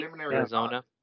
Arizona